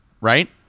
right